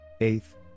Eighth